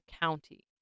County